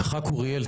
הח"כ אוריאל,